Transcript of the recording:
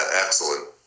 excellent